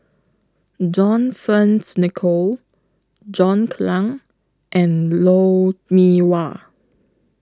John Fearns Nicoll John Clang and Lou Mee Wah